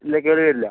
ഇല്ല കേടുവരില്ല